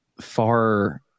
far